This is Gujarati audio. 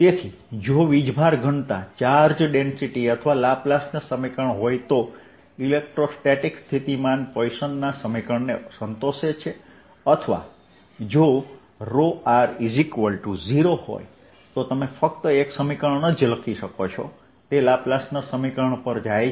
તેથી જો વીજભાર ઘનતા અથવા લાપ્લાસના સમીકરણ હોય તો ઇલેક્ટ્રોસ્ટેટિક સ્થિતિમાન પોઇસનના સમીકરણને સંતોષે છે અથવા જો ρ0 હોય તો તમે ફક્ત એક સમીકરણ લખી શકો છો તે લાપ્લાસના સમીકરણ પર જાય છે